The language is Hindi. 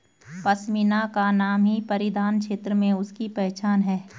पशमीना का नाम ही परिधान क्षेत्र में उसकी पहचान है